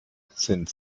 sind